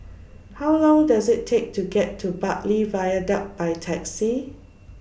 How Long Does IT Take to get to Bartley Viaduct By Taxi